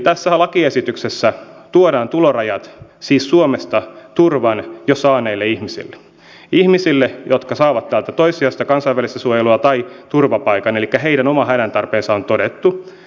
tässä lakiesityksessä tuodaan tulorajat suomesta turvan jo saaneille ihmisille ihmisille jotka saavat täältä toissijaista kansainvälistä suojelua tai turvapaikan elikkä heidän oma hädäntarpeensa on todettu